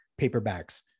paperbacks